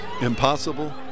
Impossible